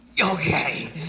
okay